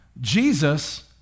Jesus